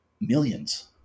millions